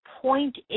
point